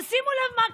אבל שימו לב מה קרה,